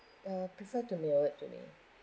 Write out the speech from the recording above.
uh prefer to mail it to me